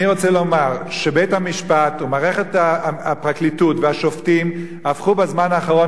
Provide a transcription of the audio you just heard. אני רוצה לומר שבית-המשפט ומערכת הפרקליטות והשופטים הפכו בזמן האחרון,